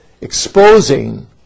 exposing